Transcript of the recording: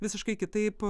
visiškai kitaip